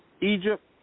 Egypt